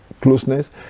closeness